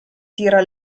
tira